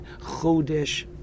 Chodesh